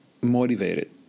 motivated